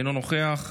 אינו נוכח,